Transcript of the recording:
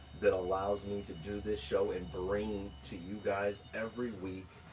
that allows me to do this show, and bring to you guys every week,